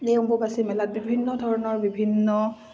এই অম্বুবাচী মেলাত বিভিন্ন ধৰণৰ বিভিন্ন